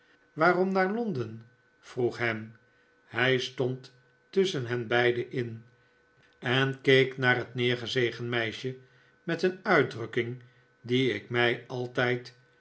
waarom naar londen vroeg ham hij stond tusschen hen beiden in en keek naar het neergezegen meisje met een uitdrukking die ik mij altijd